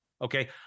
Okay